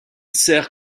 sert